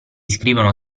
scrivono